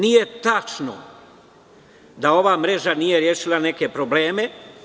Nije tačno da ova mreža nije rešila neke probleme.